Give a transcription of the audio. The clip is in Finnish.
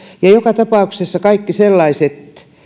joka tapauksessa kaikkia sellaisia